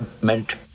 meant